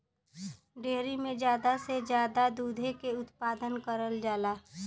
dairy में जादा से जादा दुधे के उत्पादन करल जाला